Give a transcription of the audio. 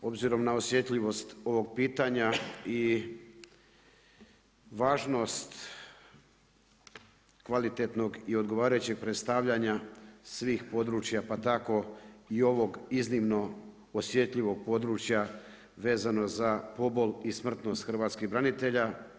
Obzirom na osjetljivost ovog pitanja i važnost kvalitetnog i odgovarajućeg predstavljanja svih područja pa tako i ovog iznimno osjetljivog područja vezano za pobol i smrtnost hrvatskih branitelja.